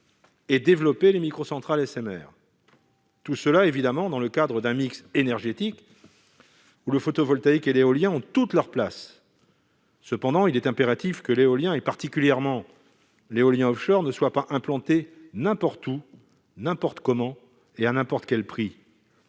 et développer les microcentrales SMR, tout cela bien entendu dans le cadre d'un mix énergétique dans lequel le photovoltaïque et l'éolien ont toute leur place. Cependant, il est impératif que l'éolien, notamment offshore, ne soit pas implanté n'importe où, n'importe comment et à n'importe quel prix.